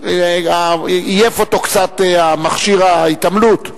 עייף אותו קצת מכשיר ההתעמלות.